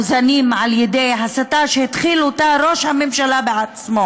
מוזנים על ידי הסתה שהתחיל אותה ראש הממשלה בעצמו.